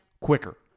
quicker